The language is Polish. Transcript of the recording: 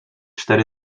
cztery